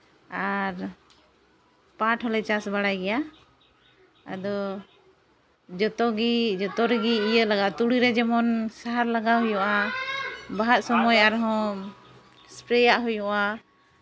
ᱟᱨ ᱯᱟᱴ ᱦᱚᱸᱞᱮ ᱪᱟᱥ ᱵᱟᱲᱟᱭ ᱜᱮᱭᱟ ᱟᱫᱚ ᱡᱚᱛᱚᱜᱮ ᱡᱚᱛᱚ ᱨᱮᱜᱮ ᱤᱭᱟᱹ ᱞᱟᱜᱟᱜᱼᱟ ᱛᱩᱲᱤᱨᱮ ᱡᱮᱢᱚᱱ ᱥᱟᱦᱟᱨ ᱞᱟᱜᱟᱣ ᱦᱩᱭᱩᱜᱼᱟ ᱵᱟᱦᱟᱜ ᱥᱚᱢᱚᱭ ᱟᱨᱦᱚᱸ ᱥᱯᱨᱮᱭᱟᱜ ᱦᱩᱭᱩᱜᱼᱟ